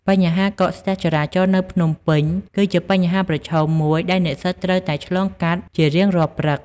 បញ្ហាការកកស្ទះចរាចរណ៍នៅភ្នំពេញគឺជាបញ្ហាប្រឈមមួយដែលនិស្សិតត្រូវតែឆ្លងកាត់ជារៀងរាល់ថ្ងៃ។